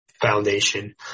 Foundation